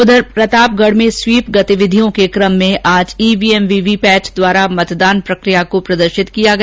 उधर प्रतापगढ में स्वीप गतिविधियों के कम में आज ईवीएम वी वी पैट द्वारा मतदान प्रक्रिया को प्रदर्शित किया गया